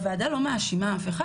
הוועדה לא מאשימה אף אחד,